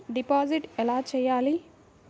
Deposit ఎలా చెయ్యాలి?